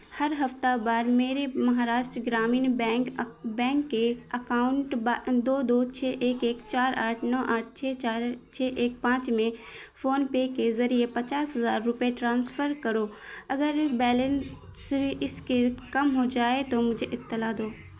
ہر ہفتہ وار میری مہاراشٹر گرامین بینک بینک کے اکاؤنٹ دو دو چھ ایک ایک چار آٹھ نو آٹھ چھ چار چھ ایک پانچ میں فون پے کے ذریعے پچاس ہزار روپے ٹرانسفر کرو اگر بیلنس اس کے کم ہو جائے تو مجھے اطلاع دو